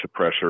suppressor